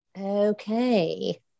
Okay